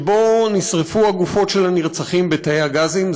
שבו נשרפו הגופות של הנרצחים בתאי הגזים.